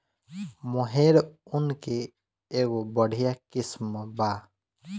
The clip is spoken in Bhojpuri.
मोहेर ऊन के एगो बढ़िया किस्म बा